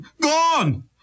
gone